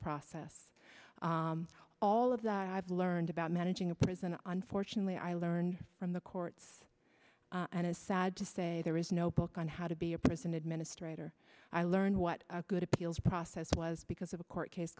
process all of that i've learned about managing a prison unfortunately i learned from the courts and it's sad to say there is no book on how to be a prison administrator i learned what a good appeals process was because of a court case